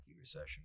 recession